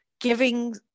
giving